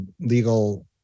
legal